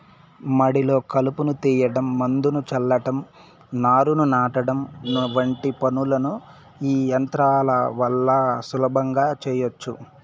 మడిలో కలుపును తీయడం, మందును చల్లటం, నారును నాటడం వంటి పనులను ఈ యంత్రాల వల్ల సులభంగా చేయచ్చు